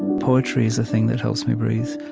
poetry is a thing that helps me breathe.